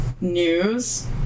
news